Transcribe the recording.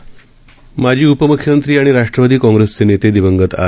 राज्याचे माजी उपम्ख्यमंत्री आणि राष्ट्रवादी काँग्रेसचे नेते दिवंगत आर